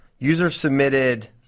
User-submitted